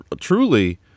truly